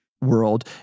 world